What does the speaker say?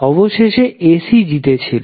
অবশেষে এসি জিতেছিল